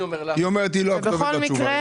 היא אומרת שהיא לא הכתובת לתשובה.